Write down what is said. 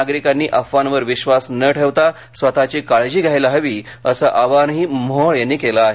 नागरिकांनी अफवांवर विश्वास न ठेवता स्वतःची काळजी घ्यायला हवी असं आवाहनही मोहोळ यांनी केलं आहे